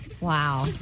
Wow